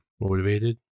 motivated